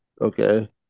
Okay